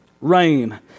Rain